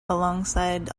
alongside